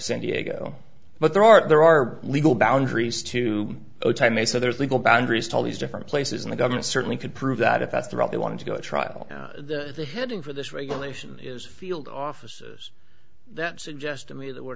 san diego but there are there are legal boundaries to time a so there's legal boundaries to all these different places and the government certainly could prove that if that's the route they want to go to trial the heading for this regulation is field offices that suggest to me that we're